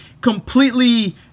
completely